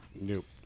Nope